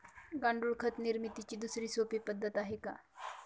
गांडूळ खत निर्मितीची दुसरी सोपी पद्धत आहे का?